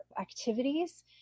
activities